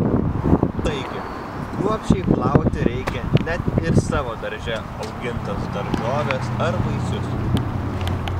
taigi kruopščiai plauti reikia net ir savo darže augintas daržoves ar vaisius